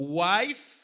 wife